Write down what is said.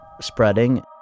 spreading